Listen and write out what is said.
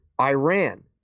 Iran